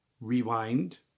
rewind